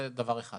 זה דבר אחד.